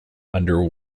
under